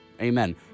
Amen